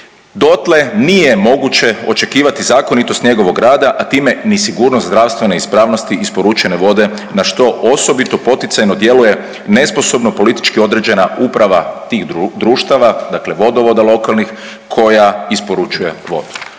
dotle nije moguće očekivati zakonitost njegovog rada, a time ni sigurno zdravstvene ispravnosti isporučene vode na što osobito poticajno djeluje nesposobno politički određena uprava tih društava, dakle vodovoda lokalnih koja isporučuje vodu.